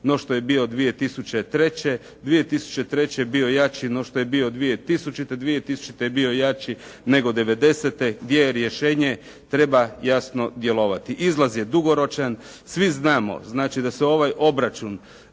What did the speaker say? no što je bio 2003., 2003. je bio jači no što je bio 2000., 2000. je bio jači nego '90. Gdje je rješenje? Treba, jasno djelovati. Izlaz je dugoročan, svi znamo znači da se ovaj obračun